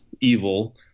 evil